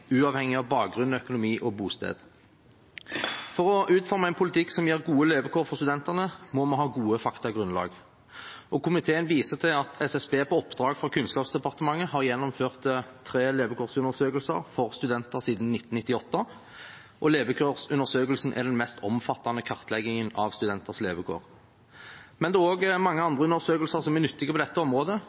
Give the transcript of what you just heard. uavhengig av bakgrunn, økonomi og bosted. For å utforme en politikk som gir gode levekår for studentene, må vi ha gode faktagrunnlag. Komiteen viser til at SSB, på oppdrag fra Kunnskapsdepartementet, har gjennomført tre levekårsundersøkelser for studenter siden 1998. Levekårsundersøkelsen er den mest omfattende kartleggingen av studenters levekår. Det er også mange andre undersøkelser som er nyttige på dette området.